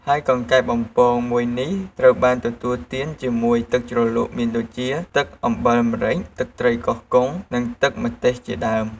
ហើយកង្កែបបំពង មួយនេះត្រូវបានទទួលទានជាមួយ ទឹកជ្រលក់មានដូចជា ទឹកអំបិលម្រេច ទឹកត្រីកោះកុង និងទឹកម្ទេសជាដើម។